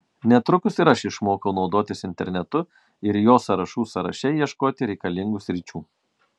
netrukus ir aš išmokau naudotis internetu ir jo sąrašų sąraše ieškoti reikalingų sričių